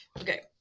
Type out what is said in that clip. Okay